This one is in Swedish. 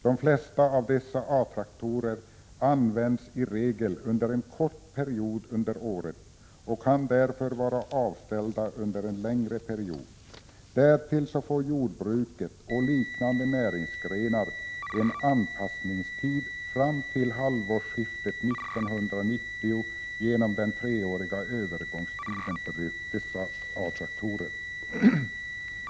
De flesta av dessa A-traktorer används i regel under en kort period av året och kan därför vara avställda under en längre period. Därtill får jordbruket och liknande näringsgrenar en anpassningstid fram till halvårsskiftet 1990 genom den treåriga övergångstiden för dessa A-traktorer.